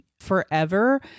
forever